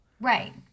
Right